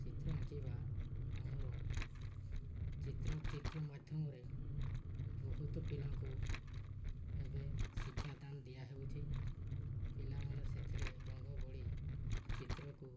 ଚିତ୍ର ଆଙ୍କିବା ଆମର ଚିତ୍ର ଚିତ୍ର ମାଧ୍ୟମରେ ବହୁତ ପିଲାଙ୍କୁ ଏବେ ଶିକ୍ଷାଦାନ ଦିଆହେଉଛି ପିଲାମାନେ ସେଥିରେ ରଙ୍ଗ ଭଳି ଚିତ୍ରକୁ